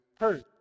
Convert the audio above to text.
hurt